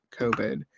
COVID